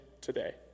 today